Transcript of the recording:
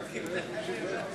ישראל כץ, מצביע ציפי לבני,